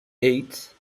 eight